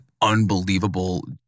unbelievable